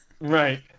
Right